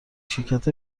شرکت